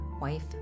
wife